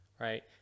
right